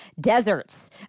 deserts